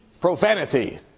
Profanity